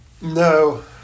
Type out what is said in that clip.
no